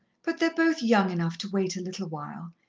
but they're both young enough to wait a little while,